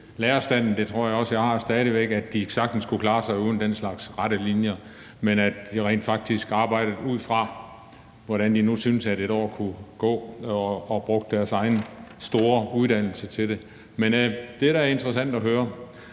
lærerstanden – det tror jeg også jeg har stadig væk – til, at de sagtens kunne klare sig uden den slags rette linjer og rent faktisk arbejdede ud fra, hvordan de nu synes at et år kunne gå, og brugte deres egen lange uddannelse til det. Men det er da interessant at høre.